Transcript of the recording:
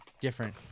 different